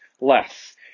Less